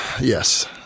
Yes